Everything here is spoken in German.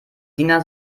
sina